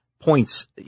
points